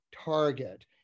Target